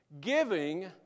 giving